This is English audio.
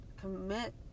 commit